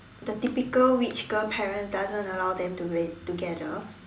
the typical rich girl parents doesn't allow them to live together